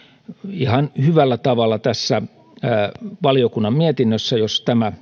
ihan hyvällä tavalla tässä valiokunnan mietinnössä jos tämä